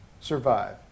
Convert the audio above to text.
survive